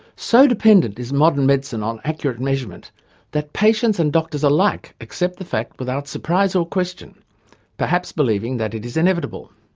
so dependent is modern medicine on accurate measurement that patients and doctors alike accept the fact without surprise or question perhaps believing that it is inevitable.